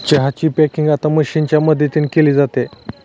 चहा ची पॅकिंग आता मशीनच्या मदतीने केली जाते